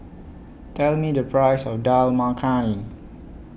Tell Me The Price of Dal Makhani